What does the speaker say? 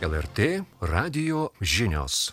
el er tė radijo žinios